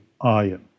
iron